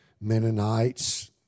Mennonites